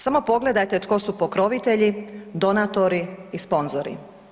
Samo pogledajte tko su pokrovitelji, donatori i sponzori.